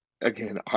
again